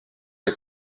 les